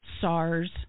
SARS